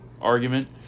argument